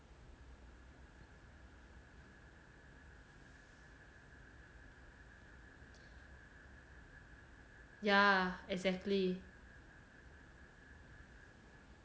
yeah exactly